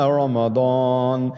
Ramadan